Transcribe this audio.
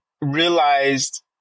realized